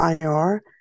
IR